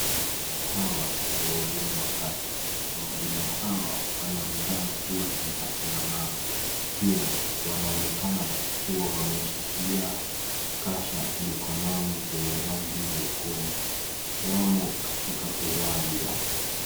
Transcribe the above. Hawa ni wahudumu wa afya. Wahudumu hawa wanaonekana kuwa ni akina mama, pia wanaonekana kuwa wameshikilia kasha mikononi zenye rangi nyekundu. Wamo katika uwanja.